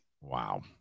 Wow